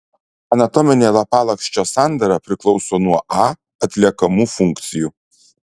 anatominė lapalakščio sandara priklauso nuo a atliekamų funkcijų